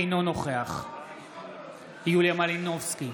אינו נוכח יוליה מלינובסקי,